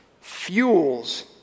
fuels